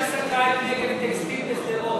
אי-אמון בממשלה שסגרה את "נגב טקסטיל" בשדרות.